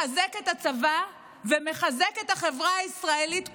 מחזק את הצבא ומחזק את החברה הישראלית כולה.